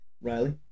Riley